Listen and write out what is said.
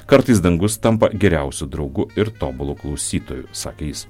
kartais dangus tampa geriausiu draugu ir tobulu klausytoju sakė jis